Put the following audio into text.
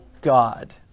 god